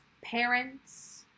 parents